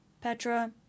Petra